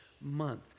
month